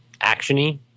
action-y